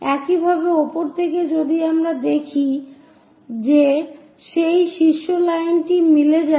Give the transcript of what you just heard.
একইভাবে উপরে থেকে যদি আমরা দেখি যে সেই শীর্ষ লাইনটি মিলে যায়